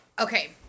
okay